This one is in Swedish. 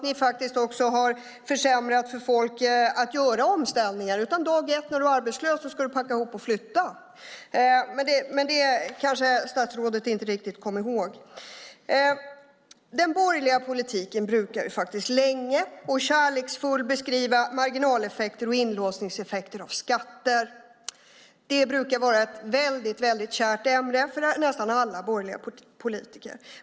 Ni har också försämrat för människor att göra omställningar, utan dag ett när du är arbetslös ska du packa ihop och flytta. Det kanske inte statsrådet inte riktigt kommer ihåg. De som företräder den borgerliga politiken brukar länge och kärleksfullt beskriva marginaleffekter och inlåsningseffekter av skatter. Det brukar vara ett mycket kärt ämne för nästan alla borgerliga politiker.